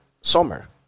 summer